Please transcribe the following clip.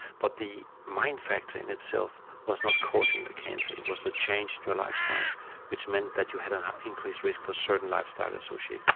but the mind factor in itself was not causing the cancer, it was the change to your lifestyle which meant that you had an increased risk for certain lifestyle associated